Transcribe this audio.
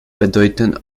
bedeuten